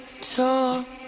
Talk